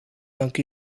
dank